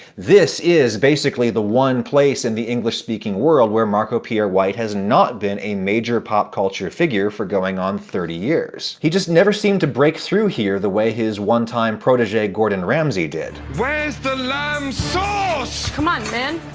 this is basically the one place in the english-speaking world where marco pierre white has not been a major pop-culture figure for going on thirty years. he just never seemed to break through here the way his one-time protege gordon ramsay did. where's the lamb sauce? come on, man.